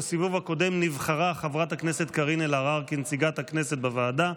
בסיבוב הקודם נבחרה חברת הכנסת קארין אלהרר לנציגת הכנסת בוועדה.